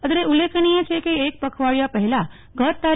અત્રે ઉલ્લેખનીય છે કે એક પખવાડીયા પહેલા ગત તા